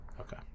Okay